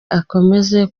akomeze